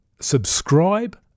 subscribe